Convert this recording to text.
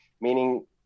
meaning